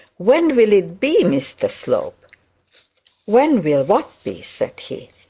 when will it be, mr slope when will what be said he.